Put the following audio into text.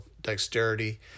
dexterity